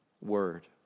word